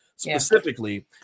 specifically